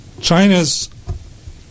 China's